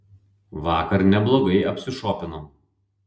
vakar neblogai apsišopinom